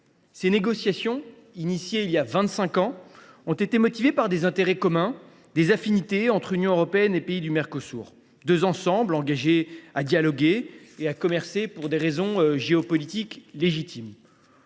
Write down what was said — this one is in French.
Ces négociations, engagées voilà vingt cinq ans, ont été motivées par des intérêts communs, des affinités entre Union européenne et pays du Mercosur, deux ensembles engagés à dialoguer et à commercer pour des raisons géopolitiques légitimes.